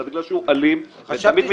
אלא בגלל שהוא אלים ותמיד מתפרץ,